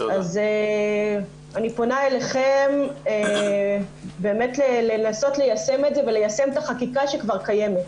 אז אני פונה אליכם לנסות ליישם את זה וליישם את החקיקה שכבר קיימת.